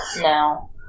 No